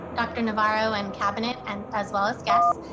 dr. navarro, and cabinet, and as well as guests.